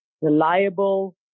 reliable